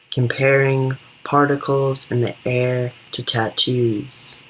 comparing particles in the air to tattoos.